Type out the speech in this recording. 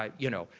um you know,